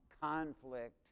conflict